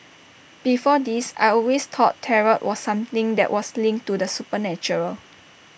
before this I always thought tarot was something that was linked to the supernatural